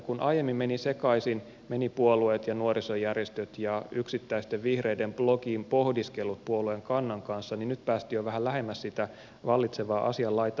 kun aiemmin menivät puolueet ja nuorisojärjestöt ja yksittäisten vihreiden blogin pohdiskelu puolueen kannan kanssa sekaisin niin nyt päästiin jo vähän lähemmäksi sitä vallitsevaa asianlaitaa